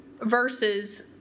versus